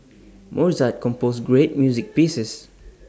Mozart composed great music pieces